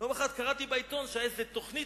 יום אחד קראתי בעיתון שהיתה איזו תוכנית